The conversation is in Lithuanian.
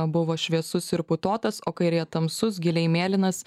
buvo šviesus ir putotas o kairėje tamsus giliai mėlynas